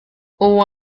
huwa